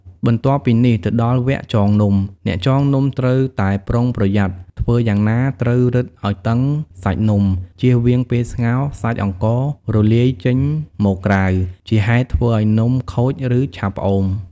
បន្ទាប់ពីនេះទៅដល់វគ្គចងនំ អ្នកចងនំត្រូវតែប្រុងប្រយ័ត្ន ធ្វើយ៉ាងណាត្រូវរឹតឱ្យតឹងសាច់នំ ចៀសវាងពេលស្ងោរ សាច់អង្កររលាយចេញមកក្រៅ ជាហេតុធ្វើឱ្យនំខូច ឬឆាប់ផ្អូម។